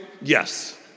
Yes